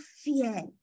fear